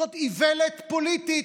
זאת איוולת פוליטית.